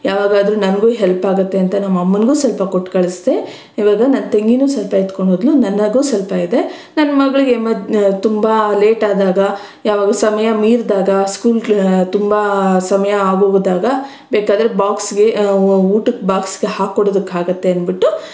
ಯಾವಾಗಾದರೂ ನನಗೂ ಹೆಲ್ಪ್ ಆಗುತ್ತೆ ಅಂತ ನಮ್ಮ ಅಮ್ಮನಿಗೂ ಸ್ವಲ್ಪ ಕೊಟ್ಟು ಕಳಿಸ್ದೆ ಇವಾಗ ನನ್ನ ತಂಗಿನು ಸ್ವಲ್ಪ ಎತ್ಕೊಂಡು ಹೋದ್ಲು ನನಗೂ ಸ್ವಲ್ಪ ಇದೆ ನನ್ನ ಮಗಳಿಗೆ ಎಮದ್ ತುಂಬ ಲೇಟಾದಾಗ ಯಾವಾಗು ಸಮಯ ಮೀರಿದಾಗ ಸ್ಕೂಲ್ಗೆ ತುಂಬ ಸಮಯ ಆಗ್ಹೋದಾಗ ಬೇಕಾದರೆ ಬಾಕ್ಸ್ಗೆ ಊಟಕ್ಕೆ ಬಾಕ್ಸ್ಗೆ ಹಾಕಿ ಕೊಡೋದಕ್ಕೆ ಆಗುತ್ತೆ ಅನ್ಬಿಟ್ಟು